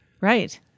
Right